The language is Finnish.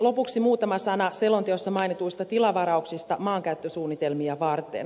lopuksi muutama sana selonteossa mainituista tilavarauksista maankäyttösuunnitelmia varten